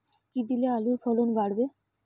কী দিলে আলুর ফলন বাড়বে?